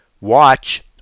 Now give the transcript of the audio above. watch